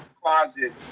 closet